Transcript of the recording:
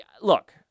Look